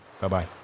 Bye-bye